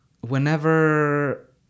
whenever